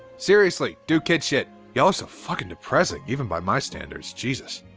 seriously! do kid shit! y'all are so fucking depressing. even by my standards, jesus.